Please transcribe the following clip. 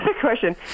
question